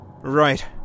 Right